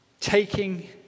taking